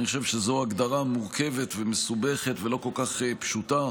אני חושב שזו הגדרה מורכבת ומסובכת ולא כל כך פשוטה.